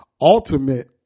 ultimate